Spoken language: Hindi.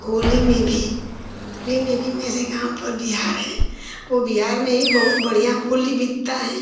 होली में भी होली में भी मेरे गाँव पर बिहार है वह बिहार में ही बहुत बढ़ियाँ होली बीतती है